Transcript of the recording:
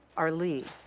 our lead,